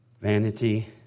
Vanity